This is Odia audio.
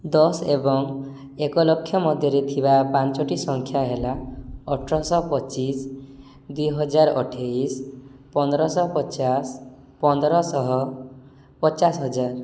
ଦଶ ଏବଂ ଏକ ଲକ୍ଷ ମଧ୍ୟରେ ଥିବା ପାଞ୍ଚଟି ସଂଖ୍ୟା ହେଲା ଅଠର ଶହ ପଚିଶ ଦୁଇ ହଜାର ଅଠେଇି ଶହ ପନ୍ଦରଶହ ପଚାଶ ପନ୍ଦର ଶହ ପଚାଶ ହଜାର